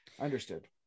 Understood